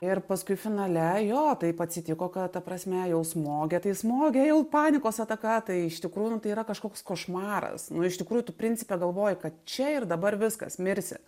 ir paskui finale jo taip atsitiko kad ta prasme jau smogia tai smogė jau panikos ataka tai iš tikrųjų tai yra kažkoks košmaras nu iš tikrųjų tu principe galvoji kad čia ir dabar viskas mirsi